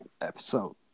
episode